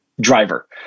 driver